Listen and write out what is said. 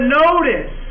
notice